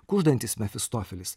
kuždantis mefistofelis